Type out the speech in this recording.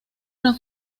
una